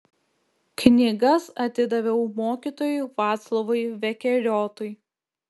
knygas atidaviau mokytojui vaclovui vekeriotui